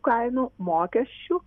kainų mokesčių